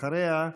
אחריה,